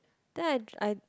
then I I